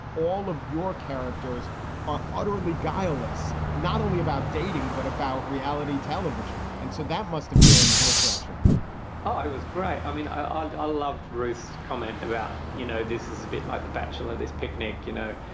all of your characters are utterly guileless, not only about dating, but about reality television. and so that must have been refreshing oh, it was great. i mean, i loved ruth's comment about, you know, this is a bit like the bachelor, this picnic, you know,